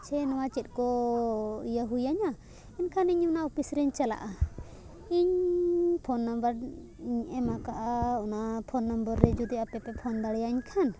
ᱥᱮ ᱱᱚᱣᱟ ᱪᱮᱫ ᱠᱚ ᱤᱭᱟᱹ ᱦᱩᱭᱟᱹᱧᱟᱹ ᱮᱱᱠᱷᱟᱱ ᱤᱧ ᱚᱱᱟ ᱚᱯᱷᱤᱥ ᱨᱤᱧ ᱪᱟᱞᱟᱜᱼᱟ ᱤᱧ ᱯᱷᱳᱱ ᱱᱟᱢᱵᱟᱨ ᱤᱧ ᱮᱢ ᱟᱠᱟᱫᱼᱟ ᱚᱱᱟ ᱯᱷᱳᱱ ᱱᱟᱢᱵᱟᱨ ᱨᱮ ᱡᱩᱫᱤ ᱟᱯᱮ ᱯᱮ ᱯᱷᱳᱱ ᱫᱟᱲᱮᱭᱟᱹᱧ ᱠᱷᱟᱱ